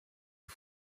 die